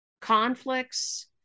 conflicts